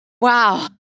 wow